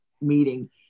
meeting